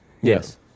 Yes